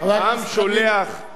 העם שולח את נציגיו,